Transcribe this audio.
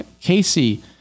casey